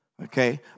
Okay